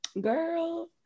girl